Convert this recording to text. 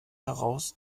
heraus